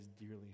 dearly